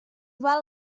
val